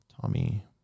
Tommy